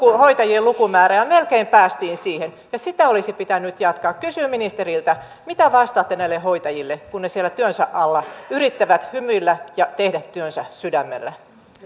hoitajien lukumäärää ja melkein päästiin siihen sitä olisi pitänyt jatkaa kysyn ministeriltä mitä vastaatte näille hoitajille kun he siellä työnsä alla yrittävät hymyillä ja tehdä työnsä sydämellä